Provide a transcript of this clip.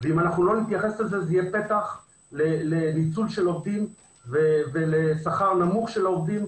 ואם לא נתייחס לזה זה יהיה פתח לניצול עובדים ולשכר נמוך של העובדים.